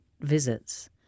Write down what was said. visits